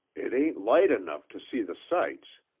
it ain't light enough to see the sights,